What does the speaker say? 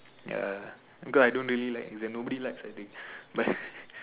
ya because I don't really like like nobody likes I think